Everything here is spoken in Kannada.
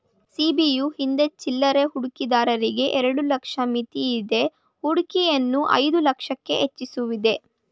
ಸಿ.ಬಿ.ಯು ಹಿಂದೆ ಚಿಲ್ಲರೆ ಹೂಡಿಕೆದಾರರಿಗೆ ಎರಡು ಲಕ್ಷ ಮಿತಿಯಿದ್ದ ಹೂಡಿಕೆಯನ್ನು ಐದು ಲಕ್ಷಕ್ಕೆ ಹೆಚ್ವಸಿದೆ